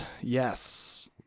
Yes